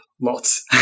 lots